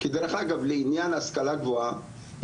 כי דרך אגב לעניין השכלה גבוהה,